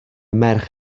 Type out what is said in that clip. merch